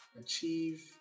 achieve